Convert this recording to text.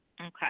Okay